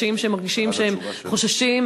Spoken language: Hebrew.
שמרגישים שהם חוששים,